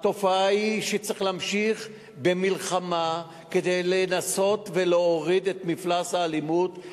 וצריך להמשיך במלחמה כדי לנסות ולהוריד את מפלס האלימות,